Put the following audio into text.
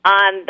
on